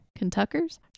Kentuckers